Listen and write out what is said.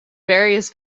various